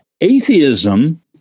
atheism